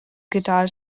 guitar